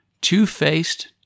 Two-faced